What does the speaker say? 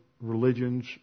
religions